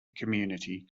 community